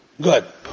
Good